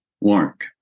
work